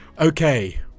Okay